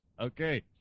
Okay